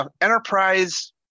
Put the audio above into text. Enterprise